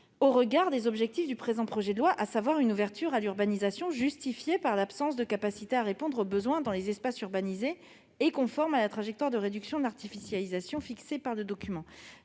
au regard des objectifs du présent projet de loi, à savoir une ouverture à l'urbanisation justifiée par l'impossibilité de répondre aux besoins dans les espaces urbanisés et conforme à la trajectoire de réduction de l'artificialisation fixée par le document.